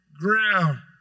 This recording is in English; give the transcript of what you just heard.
ground